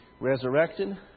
resurrected